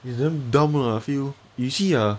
is damn dumb lah I feel you see ah